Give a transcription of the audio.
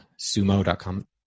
Sumo.com